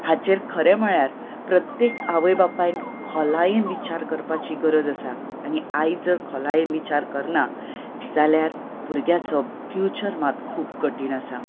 हाचेर खरें म्हळ्यार प्रत्येक आवयन खोलायेन विचार करपाची गरज आसा आनी आयज जर खोलायेन विचार करना जाल्यार भुरग्याचो फ्युचर मात खूब कठीण आसा